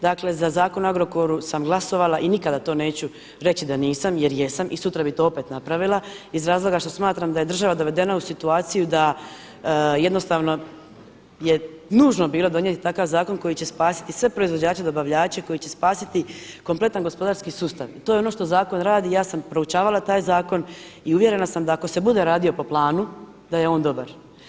Dakle za Zakon o Agrokoru sam glasovala i nikada to neću reći da nisam jer jesam i sutra bih to opet napravila iz razloga što smatram da je država dovedena u situaciju da jednostavno je nužno bilo donijeti takav zakon koji će spriječiti sve proizvođače, dobavljače, koji će spasiti kompletan gospodarski sustav i to je ono što zakon radi i ja sam proučavala taj zakon i uvjerena sam da ako se bude radio po planu da je on dobar.